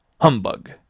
Humbug